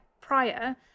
prior